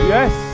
Yes